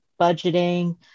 budgeting